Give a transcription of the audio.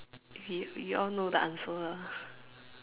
we we all know the answer ah